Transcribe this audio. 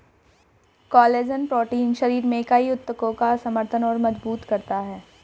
collagen protein शरीर में कई ऊतकों का समर्थन और मजबूत करता है